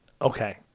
Okay